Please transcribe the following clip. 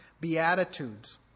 Beatitudes